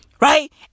right